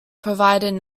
provided